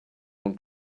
one